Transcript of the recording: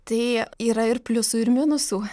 tai yra ir pliusų ir minusų